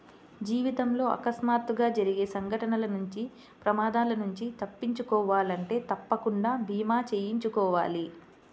జీవితంలో అకస్మాత్తుగా జరిగే సంఘటనల నుంచి ప్రమాదాల నుంచి తప్పించుకోవాలంటే తప్పకుండా భీమా చేయించుకోవాలి